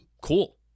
cool